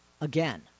again